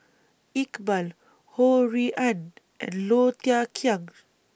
Iqbal Ho Rui An and Low Thia Khiang